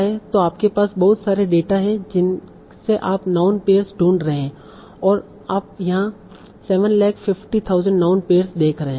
तो आपके पास बहुत सारे डेटा हैं जिनसे आप नाउन पेयर्स ढूंढ रहे हैं और आप यहाँ 750000 नाउन पेयर्स देख रहे हैं